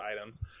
items